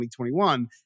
2021